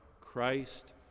Christ